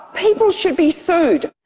people should be sued!